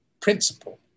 principle